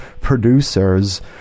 producers